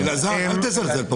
אלעזר, אל תזלזל.